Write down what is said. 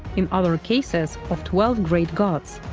in other cases of twelve great gods,